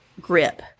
grip